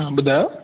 हा ॿुधायो